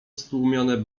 stłumione